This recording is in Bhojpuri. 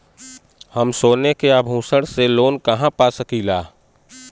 हम सोने के आभूषण से लोन कहा पा सकीला?